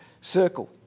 circle